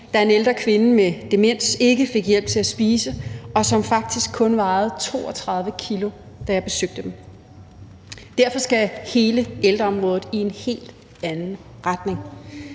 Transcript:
er en ældre kvinde med demens, ikke fik hjælp til at spise, og som faktisk kun vejede 32 kg, da jeg besøgte dem. Derfor skal hele ældreområdet i en helt anden retning